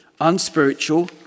unspiritual